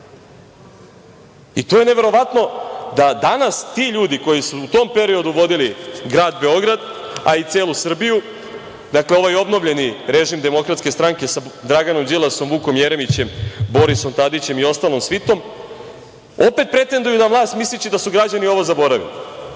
je neverovatno da danas ti ljudi koji su u tom periodu vodili grad Beograd, a i celu Srbiju, dakle ovaj obnovljeni režim DS sa Draganom Đilasom, Vukom Jeremiće, Borisom Tadićem i ostalom svitom, opet pretenduju na vlast misleći da su građani ovo zaboravili. Nešto